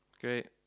Great